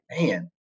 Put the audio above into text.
Man